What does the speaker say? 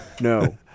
no